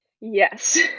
Yes